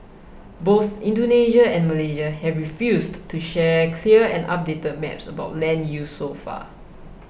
both Indonesia and Malaysia have refused to share clear and updated maps about land use so far